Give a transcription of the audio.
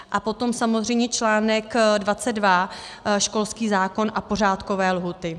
A potom samozřejmě článek 22 školský zákon a pořádkové lhůty.